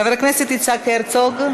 חבר הכנסת יצחק הרצוג,